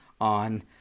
on